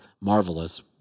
marvelous